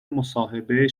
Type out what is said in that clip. مصاحبه